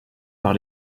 par